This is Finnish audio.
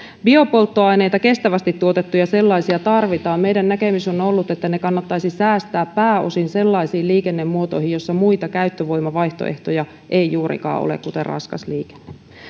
biopolttoaineita kestävästi tuotettuja sellaisia tarvitaan meidän näkemyksemme on ollut että ne kannattaisi säästää pääosin sellaisiin liikennemuotoihin joissa muita käyttövoimavaihtoehtoja ei juurikaan ole kuten raskas liikenne